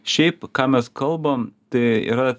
šiaip ką mes kalbam tai yra